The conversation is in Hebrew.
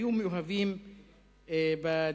היו מאוהבים בדיאלוג